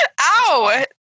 Ow